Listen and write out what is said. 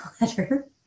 letter